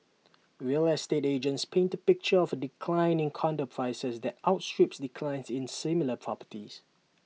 real estate agents paint A picture of A decline in condo prices that outstrips declines in similar properties